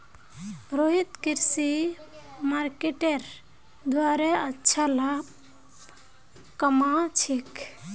रोहित कृषि मार्केटिंगेर द्वारे अच्छा लाभ कमा छेक